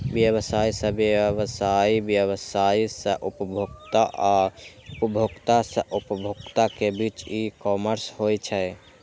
व्यवसाय सं व्यवसाय, व्यवसाय सं उपभोक्ता आ उपभोक्ता सं उपभोक्ता के बीच ई कॉमर्स होइ छै